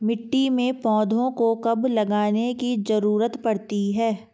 मिट्टी में पौधों को कब लगाने की ज़रूरत पड़ती है?